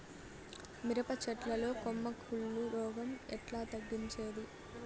మిరప చెట్ల లో కొమ్మ కుళ్ళు రోగం ఎట్లా తగ్గించేది?